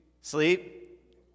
Sleep